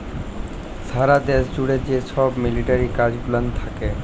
সারা দ্যাশ জ্যুড়ে যে ছব মিলিটারি কাজ গুলান থ্যাকে